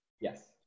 Yes